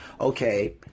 okay